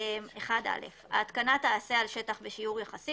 (1) (א) ההתקנה תיעשה על שטח בשיעור יחסי